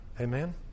Amen